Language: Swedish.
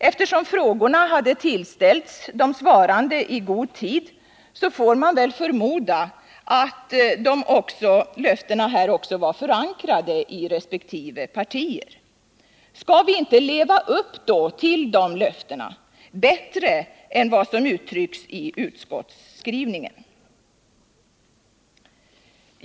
Eftersom frågorna hade tillställts de svarande i god tid, får man förmoda att löftena var förankrade inom resp. parti. Skall vi inte då, bättre än vad som uttrycks i utskottets skrivning, leva upp till dessa löften?